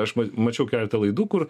aš mačiau keletą laidų kur